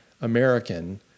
American